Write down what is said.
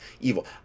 evil